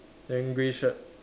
then grey shirt